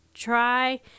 Try